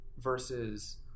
versus